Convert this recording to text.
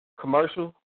Commercial